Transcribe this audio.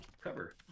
cover